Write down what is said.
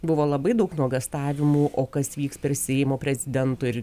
buvo labai daug nuogąstavimų o kas vyks per seimo prezidento ir